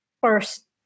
first